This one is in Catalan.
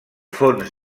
fons